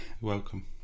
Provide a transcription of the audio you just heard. Welcome